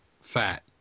fat